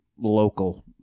local